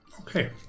Okay